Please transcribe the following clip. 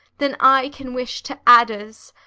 than i can wish to adders,